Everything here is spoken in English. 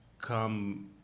come